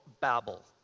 Babel